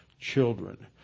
children